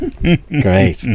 Great